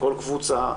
בכל קבוצה,